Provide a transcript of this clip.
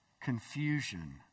confusion